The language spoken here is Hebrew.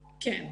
כן.